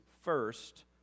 first